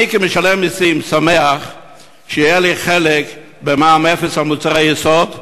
אני כמשלם מסים שמח שיהיה לי חלק במע"מ אפס על מוצרי יסוד,